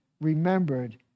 remembered